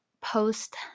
post